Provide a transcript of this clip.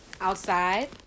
outside